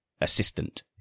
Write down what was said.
assistant